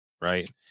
right